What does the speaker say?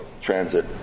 transit